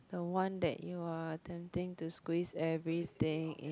the one that you are tempting to squeeze everything in